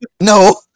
no